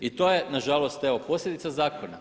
I to je nažalost evo posljedica zakona.